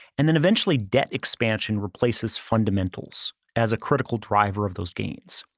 and then eventually debt expansion replaces fundamentals as a critical driver of those gains.